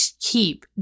keep